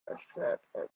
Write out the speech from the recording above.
asserted